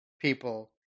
people